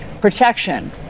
protection